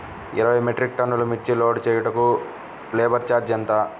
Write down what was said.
ఇరవై మెట్రిక్ టన్నులు మిర్చి లోడ్ చేయుటకు లేబర్ ఛార్జ్ ఎంత?